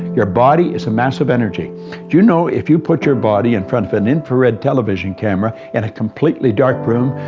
your body is a mass of energy. do you know, if you put your body in front of an infrared television camera, in a completely dark room,